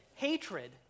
Hatred